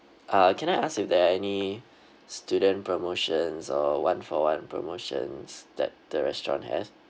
uh can I ask if there are any student promotions or one for one promotions that the restaurant has